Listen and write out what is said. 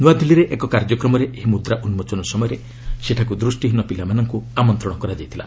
ନ୍ତଆଦିଲ୍ଲୀରେ ଏକ କାର୍ଯ୍ୟକ୍ରମରେ ଏହି ମୁଦ୍ରା ଉନ୍କୋଚନ ସମୟରେ ସେଠାକୁ ଦୃଷ୍ଟିହୀନ ପିଲାମାନଙ୍କୁ ଆମନ୍ତ୍ରଣ କରାଯାଇଥିଲା